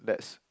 that's